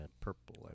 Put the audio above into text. purple